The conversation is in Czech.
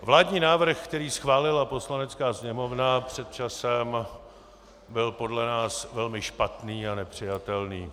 Vládní návrh, který schválila Poslanecká sněmovna před časem, byl podle nás velmi špatný a nepřijatelný.